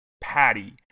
patty